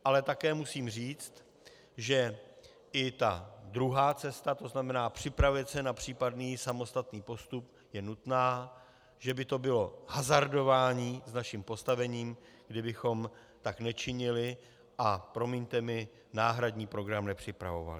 Ale také musím říct, že i druhá cesta, to znamená připravit se na případný samostatný postup, je nutná, že by to bylo hazardování s naším postavením, kdybychom tak nečinili, a promiňte mi, náhradní program nepřipravovali.